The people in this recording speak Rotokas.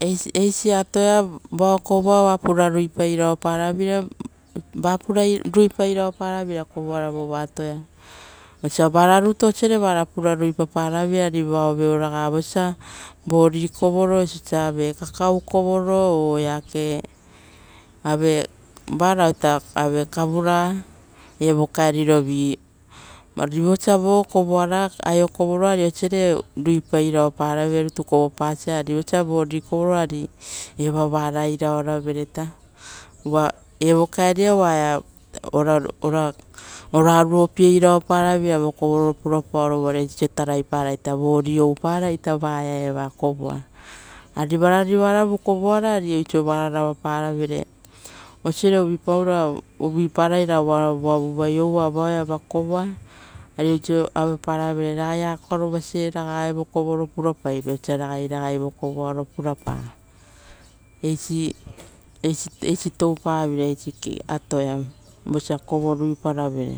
Eisi, eisi atoia vao kovoa oa pura ruipairao paraveira varao kovoara vora atoia, osa vara rutu osare vara rutu pura ruipaparaveira ari vaovioraga vosa moni kovoro oso osa ave kakau kovoro o eake ave varaoita ave kavura, evo kaenirovi purarovi, ari vosa vo kovoa aio kovoro ari oisare ruipairaoparavere rutu koropasa ari vosa moni kovoro, ari ovoa ravairao-ravereita. Uva evo kaeni araita, ora, ora oraaruopie iraopara-veira vokovoro pura paoro urave oiso taraiparaita moni ouparaita vaea eva kovoa. Ari varari oaravu kovoara ari oiso vara ravaparavere osave uvuipa rai ra oara vuavuavai aua varaoiva kovoa, ari oiso aueparavere ragai akoarovasie raga evo kovoro purapai-ve osa ragai raga vokovoaro purapu. Eisi, eisi, eisitoupa veraira isi atoia vosa kovo ruiparavere